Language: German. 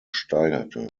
steigerte